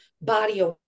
body